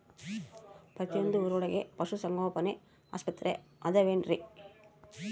ಪ್ರತಿಯೊಂದು ಊರೊಳಗೆ ಪಶುಸಂಗೋಪನೆ ಆಸ್ಪತ್ರೆ ಅದವೇನ್ರಿ?